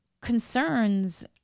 concerns